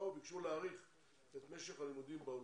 וביקשו להאריך את משך הלימודים באולפן.